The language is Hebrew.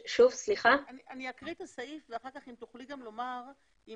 אני אקריא את הסעיף ואחר כך אם תוכלי לומר אם